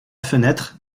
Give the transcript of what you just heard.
fenêtre